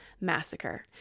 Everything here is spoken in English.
Massacre